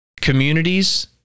Communities